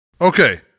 Okay